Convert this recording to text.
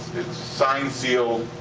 it's signed, sealed,